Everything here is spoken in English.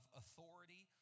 authority